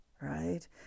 Right